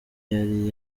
yari